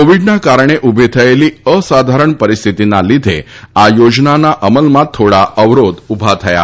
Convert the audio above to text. કોવિડના કારણે ઉભી થયેલી અસાધારણ પરિસ્થિતિના લીધે આ યોજનાના અમલમાં થોડા અવરોધ ઉભા થયા હતા